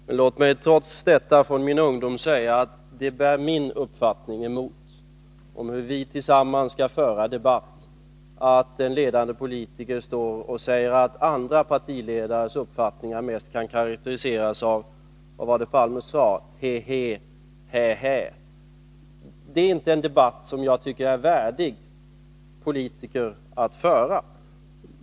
Men låt mig trots detta säga: Det bär emot min uppfattning om hur vi tillsammans skall föra en debatt att en ledande politiker står och säger att andra partiledares uppfattningar mest kan betecknas som — vad var det Olof Palme sade — ”hä hä” och ”hep hep”. Jag tycker inte att det är en debattnivå värdig politiker.